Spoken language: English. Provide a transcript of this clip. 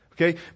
Okay